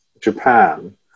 Japan